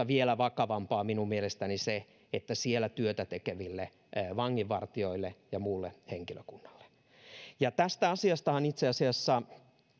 vielä vakavampaa minun mielestäni myös siellä työtä tekeville vanginvartijoille ja muulle henkilökunnalle tästä asiastahan itse asiassa